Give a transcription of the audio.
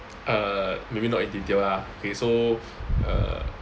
uh maybe not in detail lah okay so uh